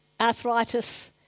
arthritis